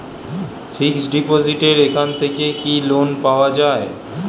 Fix ডিপোজিটের এখান থেকে কি লোন পাওয়া যায়?